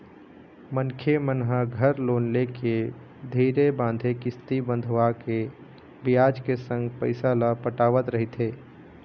मनखे मन ह घर लोन लेके धीरे बांधे किस्ती बंधवाके बियाज के संग पइसा ल पटावत रहिथे